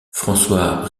françois